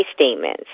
statements